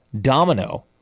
domino